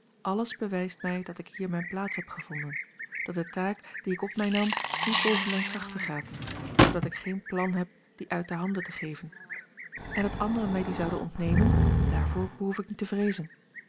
alles bewijst mij dat ik hier mijne plaats heb gevonden dat de taak die ik op mij nam niet boven mijne krachten gaat zoodat ik geen plan heb die uit de handen te geven en dat anderen mij die zouden ontnemen daarvoor behoef ik niet te vreezen